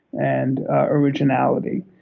and originality.